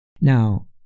Now